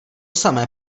samé